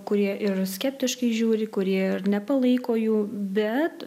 kurie ir skeptiškai žiūri kurie ir nepalaiko jų bet